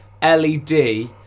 led